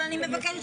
אבל אני מבקשת.